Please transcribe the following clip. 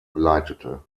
leitete